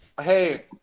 Hey